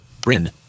Bryn